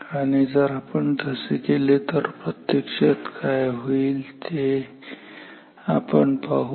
आणि आपण जर तसे केले तर प्रत्यक्षात काय होईल ते आपण पाहू